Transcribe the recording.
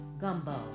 Gumbo